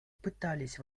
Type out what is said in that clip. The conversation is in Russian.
пытались